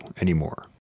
anymore